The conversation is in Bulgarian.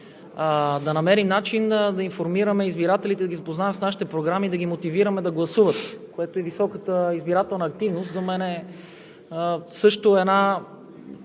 да намерим начин как да информираме избирателите, да ги запознаваме с нашите програми, да ги мотивираме да гласуват. За мен високата избирателна активност също е